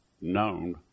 known